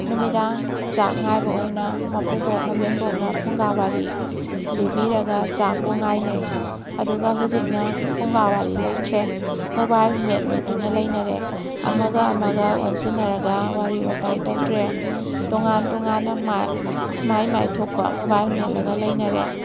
ꯅꯨꯃꯤꯗꯥꯡ ꯆꯥꯛ ꯉꯥꯏꯕ ꯑꯣꯏꯅ ꯃꯄꯨꯕꯣꯛ ꯃꯕꯦꯟꯕꯣꯛꯅ ꯐꯨꯡꯒꯥ ꯋꯥꯔꯤ ꯂꯤꯕꯤꯔꯒ ꯆꯥꯛꯄꯨ ꯉꯥꯏꯅꯩ ꯑꯗꯨꯒ ꯍꯧꯖꯤꯛꯅ ꯐꯨꯡꯒꯥ ꯋꯥꯔꯤ ꯂꯩꯇ꯭ꯔꯦ ꯃꯣꯕꯥꯏꯜ ꯃꯦꯠ ꯃꯦꯠꯇꯨꯅ ꯂꯩꯅꯔꯦ ꯑꯃꯒ ꯑꯃꯒ ꯑꯣꯟꯁꯤꯟꯅꯔꯒ ꯋꯥꯔꯤ ꯋꯥꯇꯥꯏ ꯇꯧꯗ꯭ꯔꯦ ꯇꯣꯉꯥꯟ ꯇꯣꯉꯥꯟꯅ ꯃꯥꯒꯤ ꯃꯥꯒꯤ ꯊꯣꯛꯄ ꯃꯣꯕꯥꯏꯜ ꯃꯦꯠꯂꯒ ꯂꯩꯅꯔꯦ